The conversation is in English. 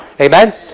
Amen